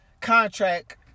contract